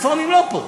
הרפורמים לא פה,